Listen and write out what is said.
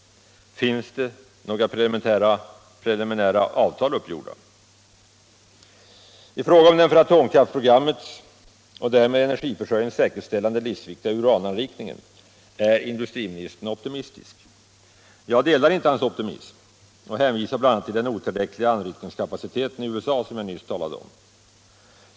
Finns det några preliminära avtal uppgjorda? I fråga om den för atomkraftsprogrammet och därmed energiförsörjningens säkerställande livsviktiga urananrikningen är industriministern optimistisk. Jag delar inte hans optimism och hänvisar bl.a. till den otillräckliga anrikningskapaciteten i USA som jag nyss talat om.